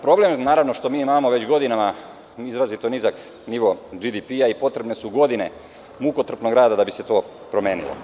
Problem je naravno što mi imamo već godinama izrazito nizak nivo GDP-a i potrebne su godine mukotrpnog rada da bi se to promenili.